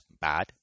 Bad